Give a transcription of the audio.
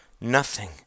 Nothing